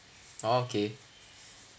oh okay